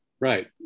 Right